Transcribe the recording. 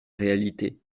réalité